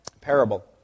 parable